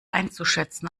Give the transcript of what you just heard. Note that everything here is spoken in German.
einzuschätzen